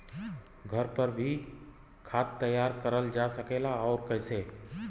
घर पर भी खाद तैयार करल जा सकेला और कैसे?